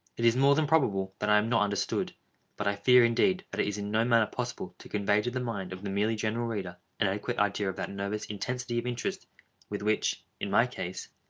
it is more than probable that i am not understood but i fear, indeed, that it is in no manner possible to convey to the mind of the merely general reader, an adequate idea of that nervous intensity of interest with which, in my case,